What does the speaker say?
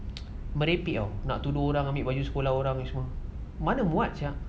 merepek nak tuduh orang ambil baju sekolah orang semua mana muat sia